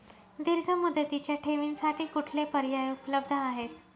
दीर्घ मुदतीच्या ठेवींसाठी कुठले पर्याय उपलब्ध आहेत?